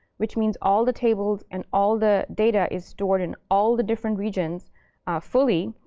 which means all the tables and all the data is stored in all the different regions fully.